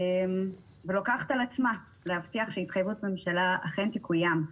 ולוקחת על עצמה להבטיח שהתחייבות ממשלה אכן תקוים.